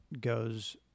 goes